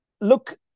look